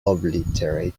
obliterated